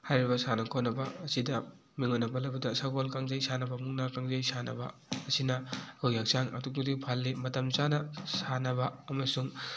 ꯍꯥꯏꯔꯤꯕ ꯁꯥꯟꯅ ꯈꯣꯠꯅꯕ ꯑꯁꯤꯗ ꯃꯤꯡ ꯑꯣꯏꯅ ꯄꯜꯂꯕꯗ ꯁꯒꯣꯜ ꯀꯥꯡꯖꯩ ꯁꯥꯟꯅꯕ ꯃꯨꯛꯅꯥ ꯀꯥꯡꯖꯩ ꯁꯥꯟꯅꯕ ꯑꯁꯤꯅ ꯑꯩꯈꯣꯏꯒꯤ ꯍꯛꯆꯥꯡ ꯑꯗꯨꯛꯀꯤ ꯃꯇꯤꯛ ꯐꯍꯜꯂꯤ ꯃꯇꯝ ꯆꯥꯅ ꯁꯥꯟꯅꯕ ꯑꯃꯁꯨꯡ